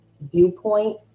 viewpoint